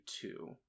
two